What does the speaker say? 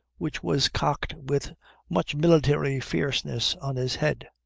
which was cocked with much military fierceness on his head.